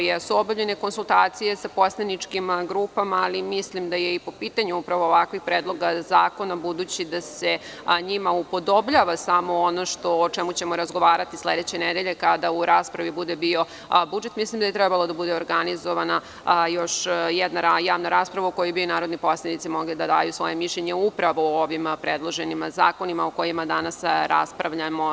Jesu obavljene konsultacije sa poslaničkim grupama, ali mislim da je po pitanju ovakvih predloga zakona, budući da se njima upodobljava samo ono o čemu ćemo razgovarati sledeće nedelje kada u raspravi bude bio budžet, trebala da bude organizovana još jedna javna rasprava, u kojoj bi narodni poslanici mogli da daju svoje mišljenje upravo o ovim predloženim zakonima o kojima danas raspravljamo.